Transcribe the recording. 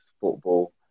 football